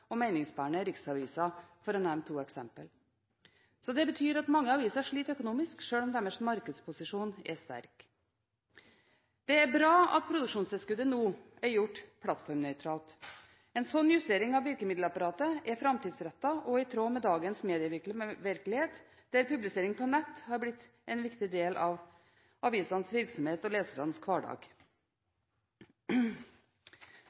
og meningsbærende riksaviser, for å nevne to eksempler. Det betyr at mange aviser sliter økonomisk, sjøl om deres markedsposisjon er sterk. Det er bra at produksjonstilskuddet nå er gjort plattformnøytralt. En slik justering av virkemiddelapparatet er framtidsrettet og i tråd med dagens medievirkelighet, der publisering på nett er en viktig del av avisenes virksomhet og lesernes hverdag.